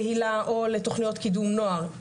רק בהקשר של האחוזים,